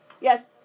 Yes